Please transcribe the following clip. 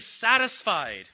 satisfied